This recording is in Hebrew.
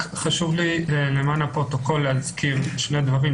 רק חשוב לי למען הפרוטוקול להזכיר שני דברים.